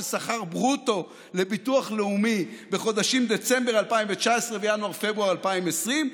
השכר ברוטו לביטוח לאומי בחודשים דצמבר 2019 וינואר-פברואר 2020,